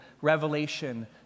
Revelation